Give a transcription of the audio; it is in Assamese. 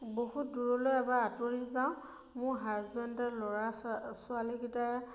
বহুত দূৰলৈ এবাৰ আঁতৰি যাওঁ মোৰ হাজবেণ্ডে ল'ৰা ছোৱাল ছোৱালীকেইটাই